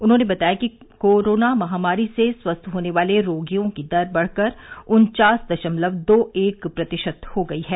उन्होंने बताया कि कोरोना महामारी से स्वस्थ होने वाले रोगियों की दर बढ़कर उन्चास दशमलव दो एक प्रतिशत हो गई है